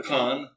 Con